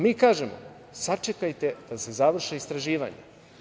Mi kažemo sačekajte da se završe istraživanja.